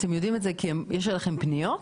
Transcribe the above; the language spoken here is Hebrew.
אתם יודעים את זה כי יש אליכם פניות?